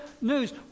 news